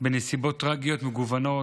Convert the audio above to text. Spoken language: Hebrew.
בנסיבות טרגיות מגוונות,